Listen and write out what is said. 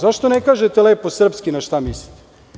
Zašto ne kažete lepo srpski na šta mislite?